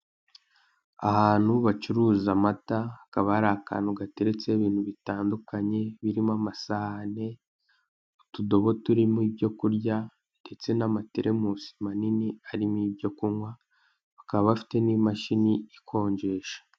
Ahantu bacuruza amata hakaba hari akantu gateretseho ibintu bitandukanye birimo amasahani, utudobo turimo ibyo kurya ndetse n'amaterimusi manini arimo ibyo kunywa bakaba bafite n'imashini ikonjesha.